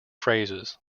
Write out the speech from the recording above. phrases